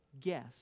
guess